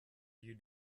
you